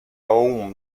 aún